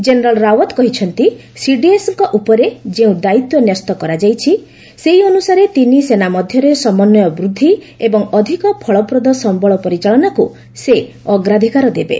general Rawat କହିଛନ୍ତି ସିଡିଏସ୍ଙ୍କ ଉପରେ ଯେଉଁ ଦାୟିତ୍ୱ ନ୍ୟସ୍ତ କରାଯାଇଛି ସେହି ଅନୁସାରେ ତିନି ସେନା ମଧ୍ୟରେ ସମନ୍ୱୟ ବୃଦ୍ଧି ଏବଂ ଅଧିକ ଫଳପ୍ରଦ ସମ୍ଭଳ ପରିଚାଳନାକୁ ସେ ଅଗ୍ରାଧିକାର ଦେବେ